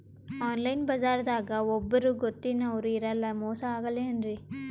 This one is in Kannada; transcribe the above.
ಆನ್ಲೈನ್ ಬಜಾರದಾಗ ಒಬ್ಬರೂ ಗೊತ್ತಿನವ್ರು ಇರಲ್ಲ, ಮೋಸ ಅಗಲ್ಲೆನ್ರಿ?